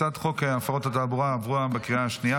הצעת חוק הפרות התעבורה עברה בקריאה השנייה.